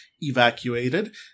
evacuated